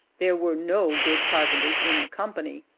there were no good carpenters in the company.